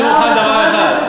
תעשה לי טובה, אני מוכן לדבר אחד,